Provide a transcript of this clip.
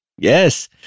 Yes